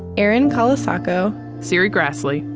erin colasacco, serri graslie,